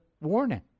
warning